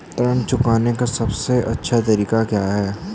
ऋण चुकाने का सबसे अच्छा तरीका क्या है?